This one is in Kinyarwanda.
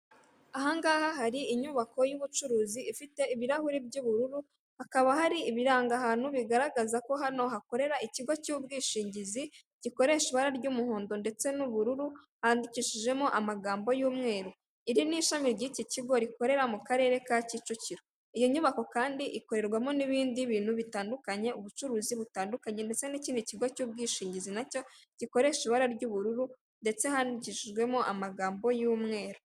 Ahangaha hari inyubako y'ubucuruzi ifite ibirahuri by'ubururu hakaba hari ibiranga hano bigaragaza ko hano hakorera ikigo cy'ubwishingizi, gikoresha ibara ry'umuhondo ndetse n'ubururu handikishijemo amagambo y'umweru iri ni ishami ry'iki kigo rikorera mu karere ka Kicukiro iyo nyubako kandi ikorerwamo n'ibindi bintu bitandukanye ubucuruzi butandukanye ndetse n'ikindi kigo cy'ubwishingizi nacyo gikoresha ibara ry'ubururu ndetse handikishijwemo amagambo y'umweru.